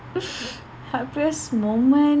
happiest moment